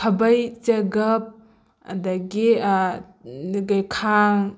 ꯈꯥꯕꯩ ꯆꯦꯒꯞ ꯑꯗꯒꯤ ꯀꯩ ꯈꯥꯡ